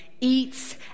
eats